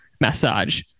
massage